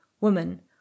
Woman